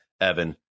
Evan